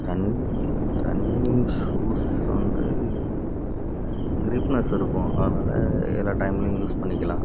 run running shoes வந்து gripness இருக்கும் அதனால எல்லா டைம்லையும் யூஸ் பண்ணிக்கலாம்